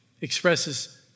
expresses